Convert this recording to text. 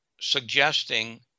suggesting